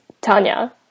Tanya